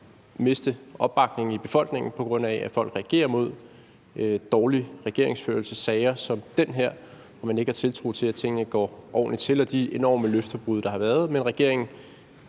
miste opbakning i befolkningen, på grund af at folk reagerer imod sager med dårlig regeringsførelse som den her og man ikke har tiltro til, at tingene går ordentligt til, og de enorme løftebrud, der har været. Men regeringen